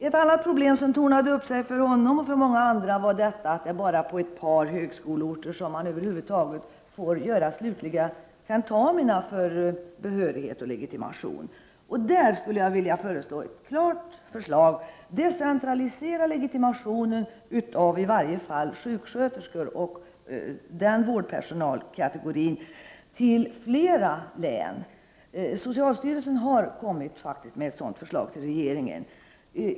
Ett annat problem för honom och för många andra var att det bara är på ett par högskoleorter som man över huvud taget får avlägga slutliga tentamina för behörighet och legitimation. Jag skulle vilja lägga fram ett förslag: Decentralisera legitimationen av i varje fall sjuksköterskor till flera län! Socialstyrelsen har faktiskt lagt fram ett sådant förslag för regeringen.